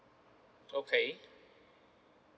okay